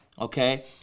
okay